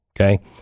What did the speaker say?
Okay